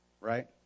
right